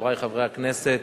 חברי חברי הכנסת,